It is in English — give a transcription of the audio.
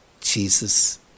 Jesus